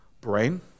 brain